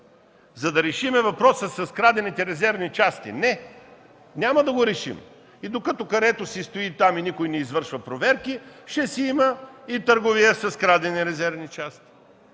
За да решим въпроса с крадените резервни части? Не! Няма да го решим. Докато карето си стои там и никой не извършва проверки, ще си има и търговия с крадени резервни части.